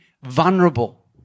vulnerable